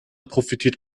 profitiert